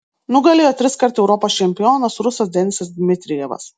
nugalėjo triskart europos čempionas rusas denisas dmitrijevas